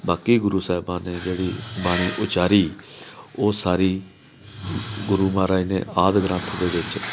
ਬਾਕੀ ਗੁਰੂ ਸਾਹਿਬਾਂ ਨੇ ਜਿਹੜੀ ਬਾਣੀ ਉਚਾਰੀ ਉਹ ਸਾਰੀ ਗੁਰੂ ਮਹਾਰਾਜ ਨੇ ਆਦਿ ਗ੍ਰੰਥ ਦੇ ਵਿੱਚ